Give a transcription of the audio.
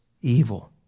evil